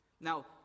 Now